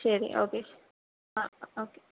ശരി ഓക്കേ ആ ഒക്കെ